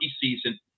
season